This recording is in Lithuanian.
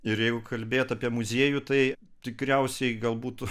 ir jeigu kalbėt apie muziejų tai tikriausiai gal būtų